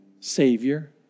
Savior